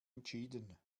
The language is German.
entschieden